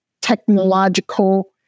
technological